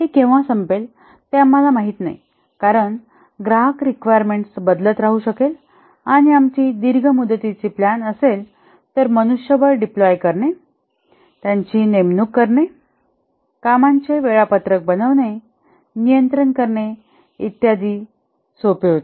हे केव्हा संपेल ते आम्हाला माहित नाही कारण ग्राहक रिक्वायरमेंट्स बदलत राहू शकेल आणि आमची दीर्घ मुदतीची प्लॅन असेल तर मनुष्यबळ डिप्लॉय करणे त्यांची नेमणूक करणे कामांचे वेळापत्रक बनवणे नियंत्रण करणे इत्यादी सोपे होते